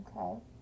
okay